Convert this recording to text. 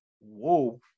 whoa